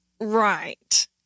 Right